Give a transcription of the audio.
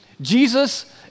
Jesus